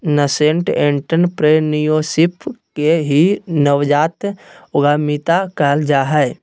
nascent entrepreneurship के ही नवजात उद्यमिता कहल जा हय